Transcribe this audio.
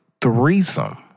threesome